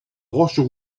roches